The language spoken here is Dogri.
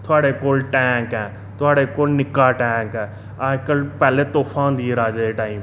थुआढ़े कोल टैंक ऐ थुआढ़े कोल निक्का टैंक ऐ अजकल पैहलें तोफां हुदियां ही राजें दे टाइम